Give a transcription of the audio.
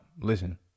Listen